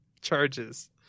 charges